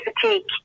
fatigue